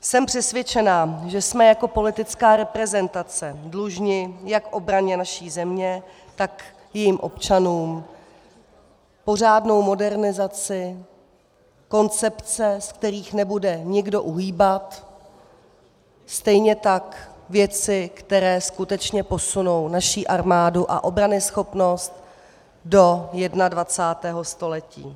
Jsem přesvědčena, že jsme jako politická reprezentace dlužni jak obraně naší země, tak i jejím občanům pořádnou modernizaci, koncepce, z kterých nebude nikdo uhýbat, stejně tak věci, které skutečně posunou naší armádu a obranyschopnost do 21. století.